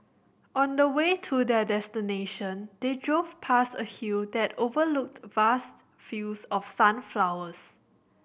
on the way to their destination they drove past a hill that overlooked vast fields of sunflowers